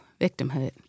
Victimhood